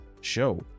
show